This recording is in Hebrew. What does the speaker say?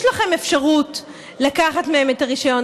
יש לכם אפשרות לקחת מהן את הרישיון,